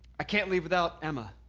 i can't leave without emma.